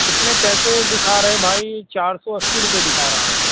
اس میں پیسے دکھا رہے بھائی چار سو اسی روپئے دکھا رہا ہے